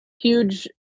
huge